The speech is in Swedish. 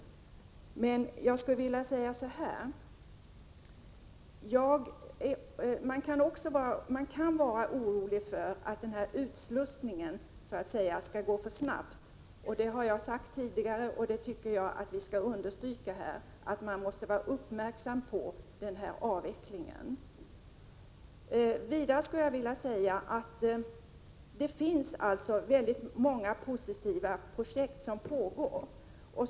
Men jag skulle vilja säga att man kan vara orolig för att ”utslussningen” skall gå för snabbt. Det har jag sagt tidigare, och jag tycker att vi här skall understryka att man måste vara uppmärksam på denna utveckling. Vidare vill jag säga att det är många positiva projekt som pågår.